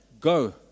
Go